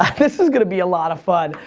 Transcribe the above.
um this is gonna be a lot of fun.